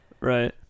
right